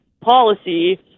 policy